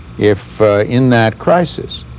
if in that crisis,